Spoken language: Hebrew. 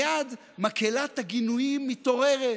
מייד מקהלת הגינויים מתעוררת: